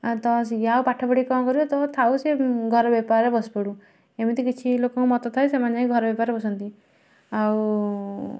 ଆ ତ ଆଉ ପାଠ ପଢ଼ିକି କ'ଣ କରିବ ତ ଥାଉ ସେ ଘରେ ବେପାରରେ ବସିପଡ଼ୁ ଏମିତି କିଛି ଲୋକଙ୍କ ମତ ଥାଏ ସେମାନେ ଯାଇ ଘର ବେପାରେ ବସନ୍ତି ଆଉ